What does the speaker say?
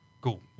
cool